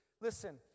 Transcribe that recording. Listen